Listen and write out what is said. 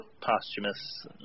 posthumous